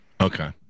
Okay